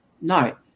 No